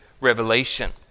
Revelation